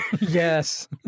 Yes